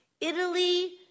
Italy